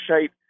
shape